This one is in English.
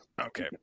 okay